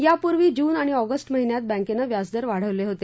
यापूर्वी जून आणि ऑगस्ट महिन्यात बँकेनं व्याजदर वाढवले होते